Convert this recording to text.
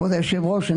לגופו של